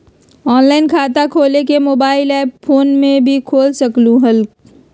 Online खाता खोले के मोबाइल ऐप फोन में भी खोल सकलहु ह?